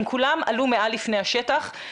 הם כולם עלו מעל לפני השטח.